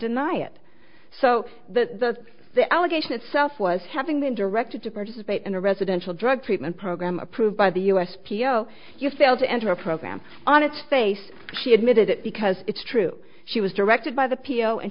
deny it so the the allegation itself was having been directed to participate in a residential drug treatment program approved by the u s p o you failed to enter a program on its face she admitted it because it's true she was directed by the p l o and